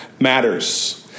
matters